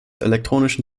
elektronischen